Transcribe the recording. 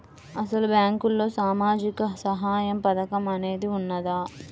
అసలు బ్యాంక్లో సామాజిక సహాయం పథకం అనేది వున్నదా?